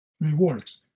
rewards